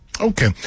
Okay